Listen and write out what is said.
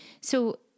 So-